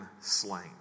slain